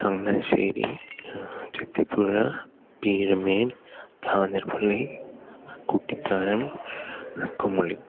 Changanassery Chathippuzha Peermade Kanjirappally Kuttikkanam Kumily